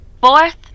Fourth